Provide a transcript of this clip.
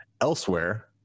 Elsewhere